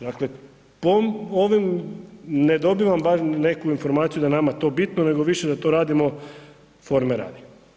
Dakle, po ovome ne dobivam baš neku informaciju da je nama to bitno, nego više da to radimo forme radi.